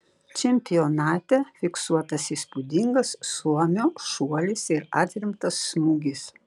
čempionate fiksuotas įspūdingas suomio šuolis ir atremtas smūgis